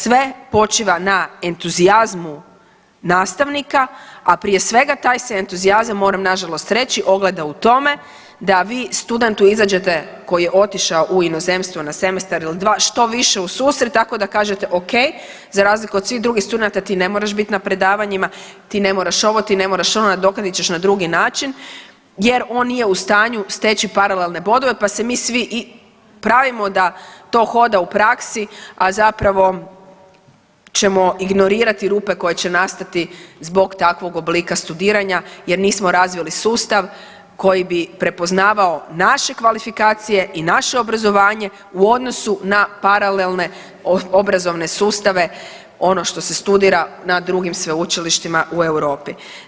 Sve počiva na entuzijazmu nastavnika, a prije svega taj se entuzijazam moram na žalost reći ogleda u tome da vi studentu izađete koji je otišao u inozemstvo na semestar ili dva što više ususret tako da kažete o.k. za razliku od svih drugih studenata ti ne moraš biti na predavanjima, ti ne moraš ovo, ti ne moraš ono, nadoknadit ćeš na drugi način jer on nije u stanju steći paralelne bodove, pa se mi svi pravimo da to hoda u praksi, a zapravo ćemo ignorirati rupe koje će nastati zbog takvog oblika studiranja jer nismo razvili sustav koji bi prepoznavao naše kvalifikacije i naše obrazovanje u odnosu na paralelne obrazovne sustave ono što se studira na drugim sveučilištima u Europi.